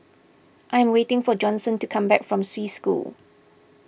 I am waiting for Johnson to come back from Swiss School